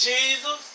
Jesus